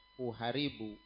uharibu